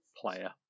player